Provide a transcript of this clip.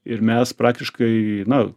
ir mes praktiškai na